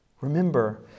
Remember